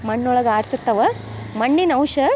ಮಣ್ಣೊಳಗೆ ಆಡ್ತಿರ್ತವೆ ಮಣ್ಣಿನ ಅಂಶ